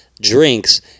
drinks